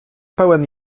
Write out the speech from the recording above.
pełen